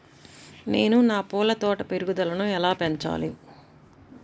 నేను నా పూల తోట పెరుగుదలను ఎలా పెంచాలి?